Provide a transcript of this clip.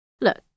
Look